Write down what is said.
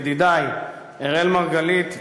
ידידי אראל מרגלית,